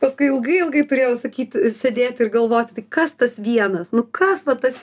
paskui ilgai ilgai turėjau sakyt sėdėti ir galvoti tai kas tas vienas nu kas va tas